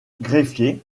greffier